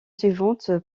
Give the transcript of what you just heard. suivante